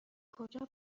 کجا